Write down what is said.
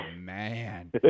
man